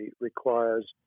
requires